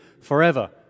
forever